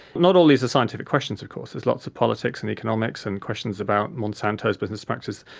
not all these are scientific questions of course, there's lots of politics and economics and questions about monsanto's business practices.